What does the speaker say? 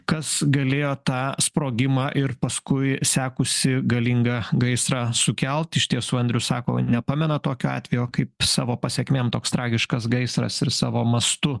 kas galėjo tą sprogimą ir paskui sekusį galingą gaisrą sukelt iš tiesų andrius sako nepamena tokio atvejo kaip savo pasekmėm toks tragiškas gaisras ir savo mastu